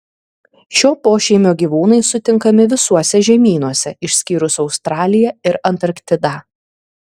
šio pošeimio gyvūnai sutinkami visuose žemynuose išskyrus australiją ir antarktidą